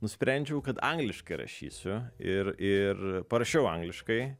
nusprendžiau kad angliškai rašysiu ir ir parašiau angliškai